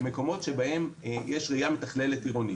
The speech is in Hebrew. מקומות שבהם יש ראייה מתכללת עירונית.